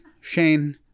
Shane